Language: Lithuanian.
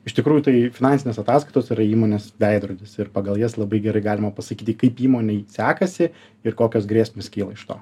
iš tikrųjų tai finansinės ataskaitos yra įmonės veidrodis ir pagal jas labai gerai galima pasakyti kaip įmonei sekasi ir kokios grėsmės kyla iš to